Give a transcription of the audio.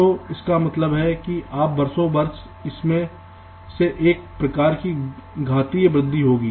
तो इसका मतलब है कि वर्षों वर्ष इसमें मे एक प्रकार की घातीय वृद्धि होगी